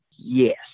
yes